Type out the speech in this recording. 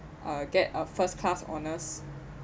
uh get a first class honors